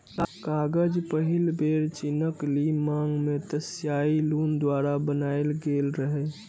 कागज पहिल बेर चीनक ली यांग मे त्साई लुन द्वारा बनाएल गेल रहै